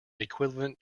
equivalent